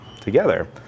together